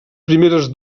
primeres